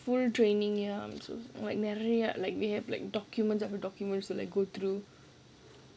full training ya like நிறைய:niraiya like we have like documents after documents to like go through